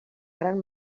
gran